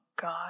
God